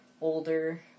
older